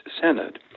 Senate